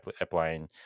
applying